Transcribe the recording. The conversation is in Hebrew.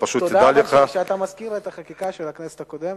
תדע לך שכשאתה מזכיר את החקיקה של הכנסת הקודמת,